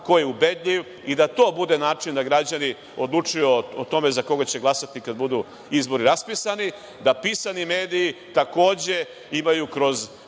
ko je ubedljiv, i da to bude način da građani odlučuju o tome za koga će glasati kada budu izbori raspisani. Da pisani mediji takođe kroz